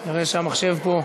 ההצבעה הזאת מובטלת?